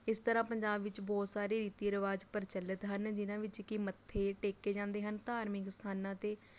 ਇਸ ਤਰ੍ਹਾਂ ਪੰਜਾਬ ਵਿੱਚ ਬਹੁਤ ਸਾਰੇ ਰੀਤੀ ਰਿਵਾਜ਼ ਪ੍ਰਚੱਲਿਤ ਹਨ ਜਿਹਨਾਂ ਵਿੱਚ ਕਿ ਮੱਥੇ ਟੇਕੇ ਜਾਂਦੇ ਹਨ ਧਾਰਮਿਕ ਅਸਥਾਨਾਂ 'ਤੇ